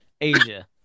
Asia